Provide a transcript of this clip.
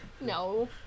No